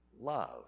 love